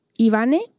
Ivane